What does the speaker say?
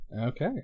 Okay